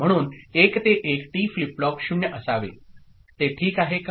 म्हणून 1 ते 1 T flip flop 0 असावे ते ठीक आहे का